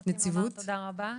רוצים לומר תודה רבה